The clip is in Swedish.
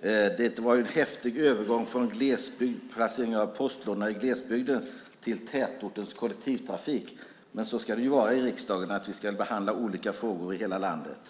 Det var en häftig övergång från placeringen av postlådorna i glesbygden till tätortens kollektivtrafik, men så ska det ju vara i riksdagen. Vi ska behandla olika frågor som rör hela landet.